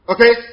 Okay